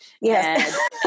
Yes